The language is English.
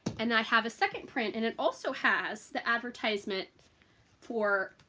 and i have a second print and it also has the advertisement for